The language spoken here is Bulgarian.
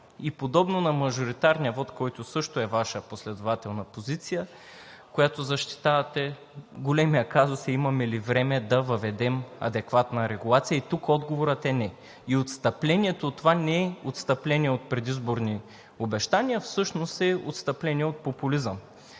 И подобно на мажоритарния вот, който също е Ваша последователна позиция, която защитавате – големият казус е имаме ли време да въведем адекватна регулация. Тук отговорът е не. Отстъплението от това не е отстъпление от предизборни обещания, а всъщност е отстъпление от популизъм.